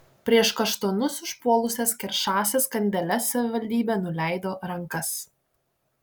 prieš kaštonus užpuolusias keršąsias kandeles savivaldybė nuleido rankas